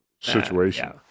situation